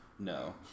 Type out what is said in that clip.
No